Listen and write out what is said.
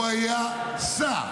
הוא היה שר.